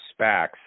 SPACs